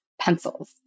pencils